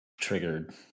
triggered